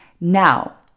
Now